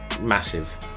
massive